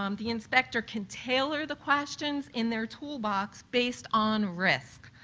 um the inspector can tailor the questions in their toolbox based on risk.